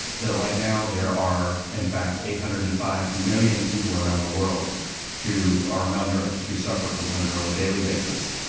right now there are, in fact, eight hundred and five million people around the world who are malnourished, who suffer from hunger on a daily basis.